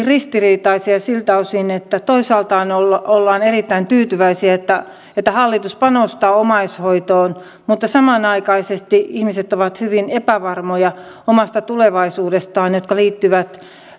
ristiriitaisia siltä osin että toisaalta ollaan ollaan erittäin tyytyväisiä että että hallitus panostaa omaishoitoon mutta samanaikaisesti ihmiset ovat hyvin epävarmoja omasta tulevaisuudestaan liittyen